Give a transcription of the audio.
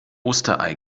osterei